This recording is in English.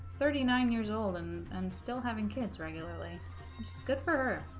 thirty nine years old and and still having kids regularly i'm just good for her